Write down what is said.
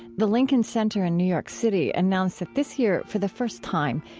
the lincoln center in new york city announced that this year, for the first time,